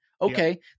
Okay